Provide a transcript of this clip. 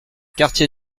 quartier